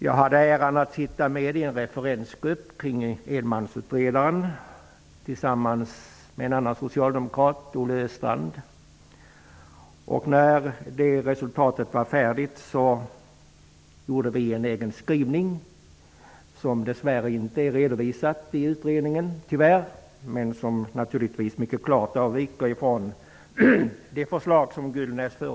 Jag hade äran att sitta med i en referensgrupp kring enmansutredaren tillsammans med en annan socialdemokrat, Olle Östrand. När resultatet var färdigt gjorde vi en egen skrivning som dess värre inte redovisades i utredningen men som naturligtvis mycket klart avviker från det förslag som Ingvar Gullnäs lade fram.